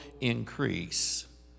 increase